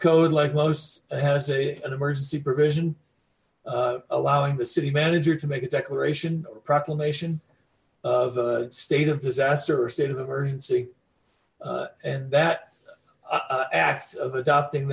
code like most has a an emergency provision allowing the city manager to make a declaration proclamation of state of disaster or state of emergency and that act of adopting